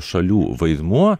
šalių vaidmuo